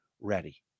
ready